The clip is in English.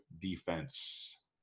defense